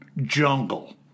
jungle